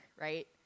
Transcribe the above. Right